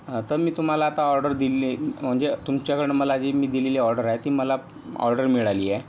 तर मी तुम्हाला आता ऑर्डर दिले म्हणजे तुमच्याकडं मला जी मी दिलेली ऑर्डर आहे ती मला ऑर्डर मिळाली आहे